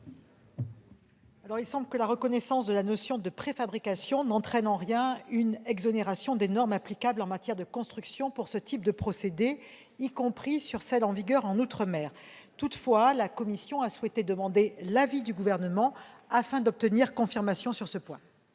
Il semble que la reconnaissance de la notion de préfabrication n'entraîne en rien une exonération des normes applicables en matière de construction pour ce type de procédé, y compris de celles qui sont en vigueur outre-mer. Toutefois, la commission a souhaité demander l'avis du Gouvernement afin d'obtenir confirmation sur ce point.